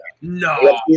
No